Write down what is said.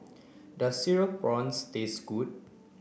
does cereal prawns taste good